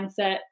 mindset